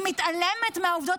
היא מתעלמת מהעובדות,